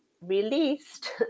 released